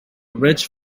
rich